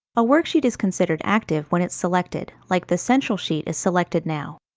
a worksheet is considered active when it's selected, like the central sheet is selected now.